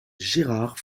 gérard